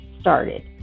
started